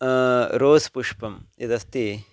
rose पुष्पं यदस्ति